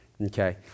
okay